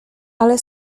ale